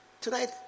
Tonight